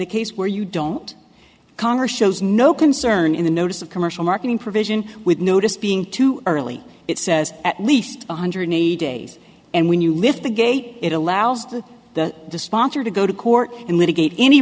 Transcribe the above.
the case where you don't congress shows no concern in the notice of commercial marketing provision with notice being too early it says at least one hundred eighty days and when you lift the gate it allows the to sponsor to go to court and litigate any